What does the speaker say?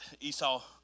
Esau